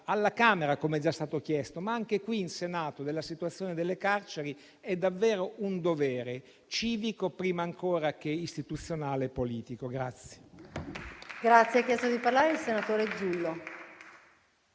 alla Camera - come è già stato chiesto - e anche qui in Senato, della situazione delle carceri. È davvero un dovere civico, prima ancora che istituzionale e politico.